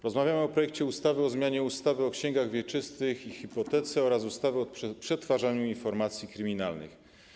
Rozmawiamy o projekcie ustawy o zmianie ustawy o księgach wieczystych i hipotece oraz ustawie o przetwarzaniu informacji kryminalnych.